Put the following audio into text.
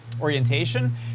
orientation